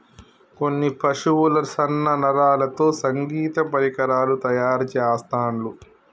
కొన్ని పశువుల సన్న నరాలతో సంగీత పరికరాలు తయారు చెస్తాండ్లు